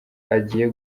agiye